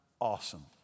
awesome